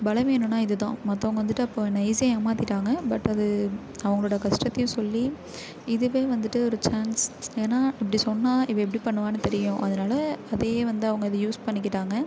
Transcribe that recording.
பலவீனம்னால் இது தான் மற்றவங்க வந்துட்டு அப்போது என்னை ஈஸியாக ஏமாற்றிட்டாங்க பட் அது அவங்களோடய கஷ்டத்தையும் சொல்லி இது போய் வந்துட்டு ஒரு சான்ஸ் ஏன்னால் இப்படி சொன்னால் இவள் எப்படி பண்ணுவானு தெரியும் அதனால் அதே வந்து அவங்க அதை யூஸ் பண்ணிக்கிட்டாங்க